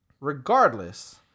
regardless